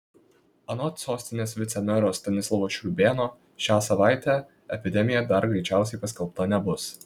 anot sostinės vicemero stanislovo šriūbėno šią savaitę epidemija dar greičiausiai paskelbta nebus